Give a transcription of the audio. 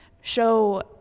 show